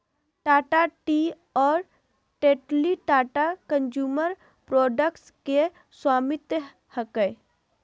Tata tea और Tetley Tata consumer products के स्वामित्व हकय